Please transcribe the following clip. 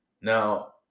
Now